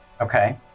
Okay